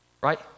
right